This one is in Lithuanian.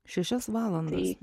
šešias valandas